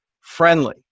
friendly